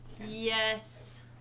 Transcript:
Yes